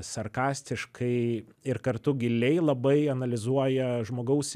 sarkastiškai ir kartu giliai labai analizuoja žmogaus